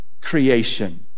creation